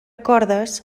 cordes